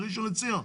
בראשון לציון.